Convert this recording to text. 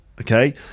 Okay